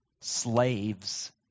slaves